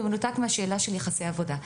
במנותק מהשאלה של יחסי עבודה.